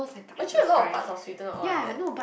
but actually a lot of part of Sweden all like that